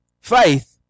Faith